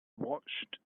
watched